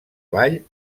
vall